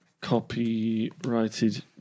copyrighted